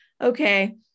okay